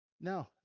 No